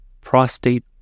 prostate